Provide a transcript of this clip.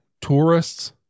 tourists